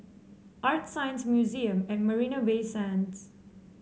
ArtScience Museum at Marina Bay Sands